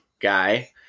guy